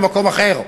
במקום אחר,